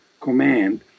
command